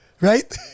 Right